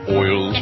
oil